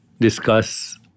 discuss